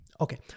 Okay